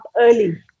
early